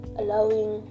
allowing